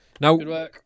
Now